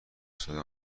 استفاده